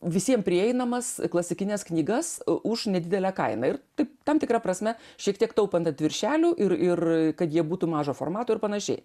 visiem prieinamas e klasikines knygas už nedidelę kainą ir taip tam tikra prasme šiek tiek taupant ant viršelių ir ir kad jie būtų mažo formato ir panašiai